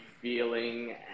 feeling